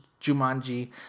Jumanji